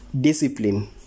discipline